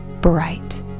bright